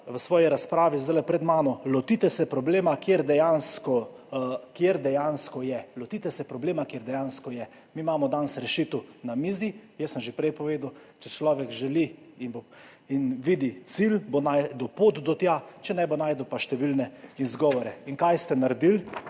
v svoji razpravi zdajle pred mano, lotite se problema, kjer dejansko je. Lotite se problema, kjer dejansko je. Mi imamo danes rešitev na mizi. Jaz sem že prej povedal, če človek želi in vidi cilj, bo našel pot do tja, če ne, bo našel pa številne izgovore. In kaj ste naredili?